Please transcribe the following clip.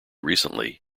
recently